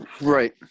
Right